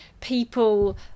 people